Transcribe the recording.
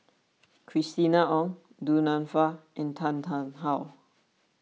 Christina Ong Du Nanfa and Tan Tarn How